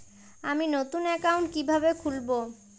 আমি নতুন অ্যাকাউন্ট কিভাবে খুলব?